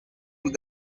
bw’i